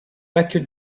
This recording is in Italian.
vecchio